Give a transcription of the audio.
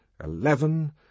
Eleven